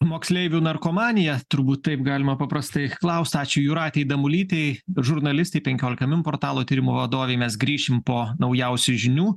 moksleivių narkomaniją turbūt taip galima paprastai klaust ačiū jūratei damulytei žurnalistei penkiolika min portalo tyrimų vadovei mes grįšim po naujausių žinių